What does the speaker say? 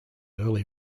early